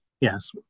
Yes